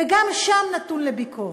וגם שם נתון לביקורת.